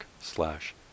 slash